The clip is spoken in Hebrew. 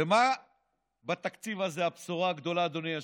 ומה בתקציב הזה הבשורה הגדולה, אדוני היושב-ראש?